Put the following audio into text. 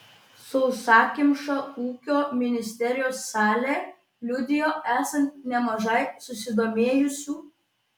sausakimša ūkio ministerijos salė liudijo esant nemažai susidomėjusių